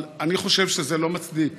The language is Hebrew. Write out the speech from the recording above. אבל אני חושב שזה לא מצדיק.